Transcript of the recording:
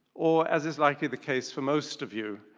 or as is likely the case for most of you,